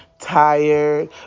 Tired